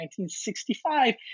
1965